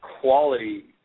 quality